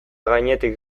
gainetik